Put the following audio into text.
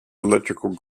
electrical